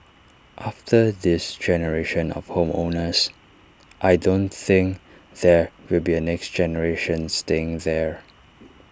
after this generation of home owners I don't think there will be A next generation staying there